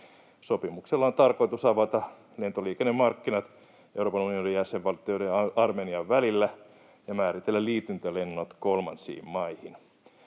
Sopimuksella on tarkoitus avata lentoliikennemarkkinat Euroopan unionin jäsenvaltioiden ja Armenian välillä ja määritellä liityntälennot kolmansiin maihin.